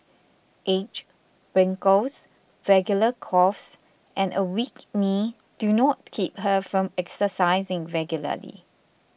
age wrinkles regular coughs and a weak knee do not keep her from exercising regularly